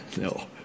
No